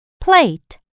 Plate